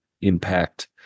impact